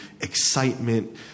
excitement